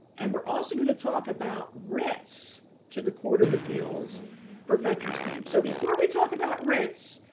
and we're also going to talk about writs to the court of appeals for veterans claims. so before we talk about writs,